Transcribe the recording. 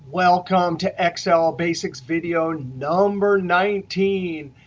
welcome to excel basics video number nineteen.